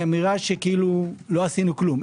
האמירה שלא עשינו כלום כביכול,